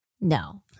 no